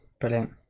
Brilliant